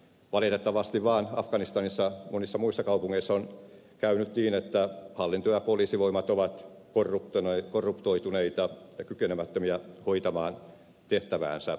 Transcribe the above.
valitettavasti vaan afganistanissa monissa muissa kaupungeissa on käynyt niin että hallinto ja poliisivoimat ovat korruptoituneita ja kykenemättömiä hoitamaan tehtäväänsä